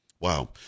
Wow